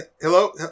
Hello